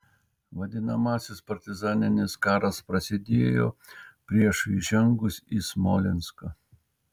vadinamasis partizaninis karas prasidėjo priešui įžengus į smolenską